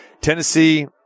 Tennessee